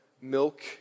Milk